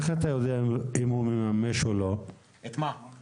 איך אתה יודע אם הוא מממש או לא את הרישיון?